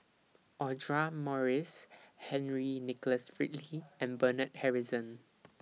Audra Morrice Henry Nicholas and Bernard Harrison